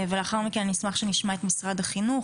ולאחר מכן אשמח שנשמע את משרד החינוך,